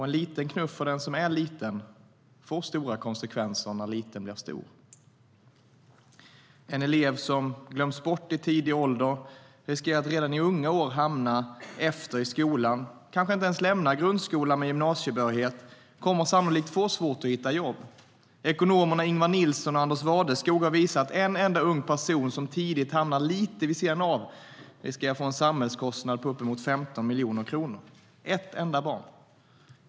En liten knuff för den som är liten får stora konsekvenser när liten blir stor. En elev som glöms bort i tidig ålder riskerar att redan i unga år hamna efter i skolan, lämnar kanske inte ens grundskolan med gymnasiebehörighet och kommer sannolikt att få svårt att hitta ett jobb. Ekonomerna Ingvar Nilsson och Anders Wadeskog har visat att en enda ung person som tidigt hamnar lite av vid sidan av riskerar att kosta samhället uppemot 15 miljoner - ett enda barn.